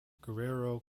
guerrero